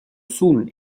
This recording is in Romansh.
sun